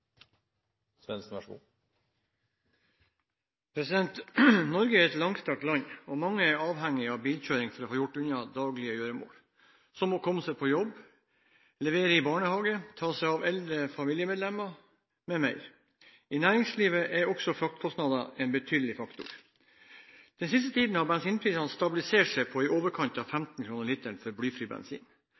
et langstrakt land, og mange er avhengige av bilkjøring for å få gjort unna daglige gjøremål, som å komme seg på jobb, levere i barnehage, ta seg av eldre familiemedlemmer m.m. I næringslivet er også fraktkostnader en betydelig faktor. Den siste tiden har bensinprisene stabilisert seg på i overkant av 15 kr literen for blyfri bensin,